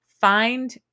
find